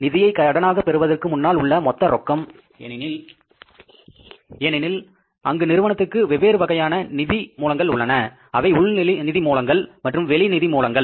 நிதியை கடனாக பெறுவதற்கு முன்னால் உள்ள மொத்த ரொக்கம் ஏனெனில் அங்கு நிறுவனத்துக்கு வெவ்வேறு வகையான நிதி மூலங்கள் உள்ளன அவை உள்நிதி மூலங்கள் மற்றும் வெளி நிதி மூலங்கள்